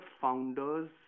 founders